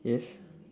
yes